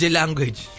language